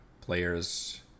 players